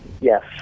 Yes